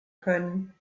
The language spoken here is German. können